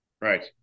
Right